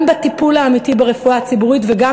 גם בטיפול האמיתי ברפואה הציבורית וגם